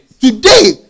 Today